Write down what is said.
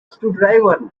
screwdriver